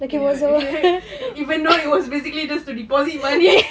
ya even though it was basically just to deposit money